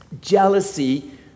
jealousy